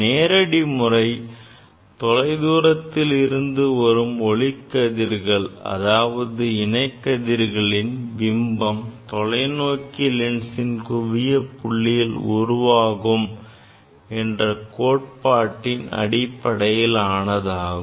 நேரடி முறை தொலை தூரத்தில் இருந்து வரும் ஒளிக்கதிர்கள் அதாவது இணை கதிர்களின் பிம்பம் தொலைநோக்கி குவிலென்சின் குவியப் புள்ளியில் உருவாகும் என்ற கோட்பாட்டின் அடிப்படையிலானதாகும்